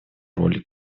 роли